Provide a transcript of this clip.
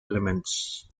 elements